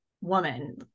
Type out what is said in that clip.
woman